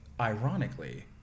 ironically